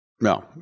No